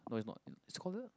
no is not is called the